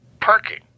parking